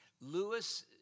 Lewis